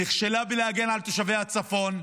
נכשלה בלהגן על תושבי הצפון,